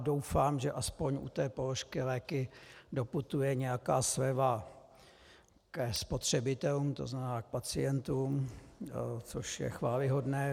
Doufám, že aspoň u položky léky doputuje nějaká sleva ke spotřebitelům, to znamená k pacientům, což je chvályhodné.